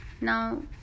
Now